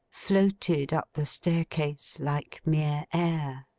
floated up the staircase like mere air.